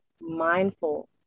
mindful